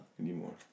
Anymore